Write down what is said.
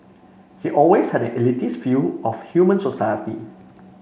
he always had an elitist view of human society